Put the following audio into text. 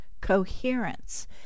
coherence